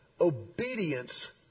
obedience